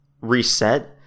reset